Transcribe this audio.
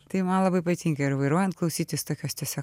tai man labai patinka ir vairuojant klausytis tokios tiesiog